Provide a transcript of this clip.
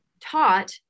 taught